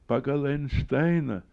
pagal einšteiną